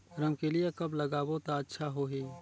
रमकेलिया कब लगाबो ता अच्छा होही?